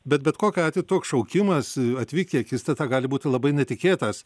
bet bet kokiu atveju toks šaukimas atvykt į akistatą gali būti labai netikėtas